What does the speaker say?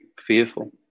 fearful